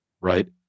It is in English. right